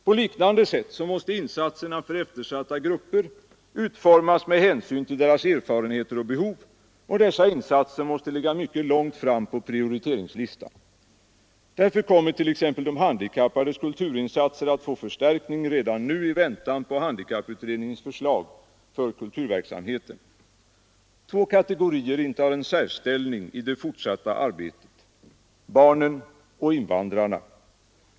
På liknande sätt måste insatserna för eftersatta grupper utformas med hänsyn till deras erfarenheter och behov, och dessa insatser måste ligga mycket långt fram på prioriteringslistan. Därför kommer t.ex. de handikappades kulturinsatser att få förstärkning redan nu i väntan på handikapputredningens förslag för kulturverksamheten. Två kategorier intar en särställning i det fortsatta arbetet: barnen och invandrarna.